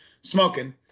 smoking